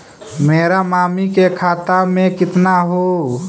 मेरा मामी के खाता में कितना हूउ?